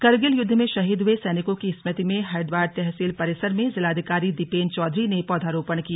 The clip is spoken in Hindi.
करगिल युद्ध में शहीद हुए सैनिकों की स्मृति में हरिद्वार तहसील परीसर में जिलाधिकारी दीपेन्द्र चौधरी ने पौधरोपण किया